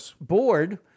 board